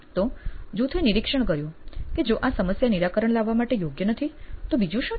તો જૂથે નિરીક્ષણ કર્યું કે જો આ સમસ્યા નિરાકરણ લાવવા માટે યોગ્ય નથી તો બીજું શું છે